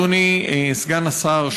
אדוני סגן השר,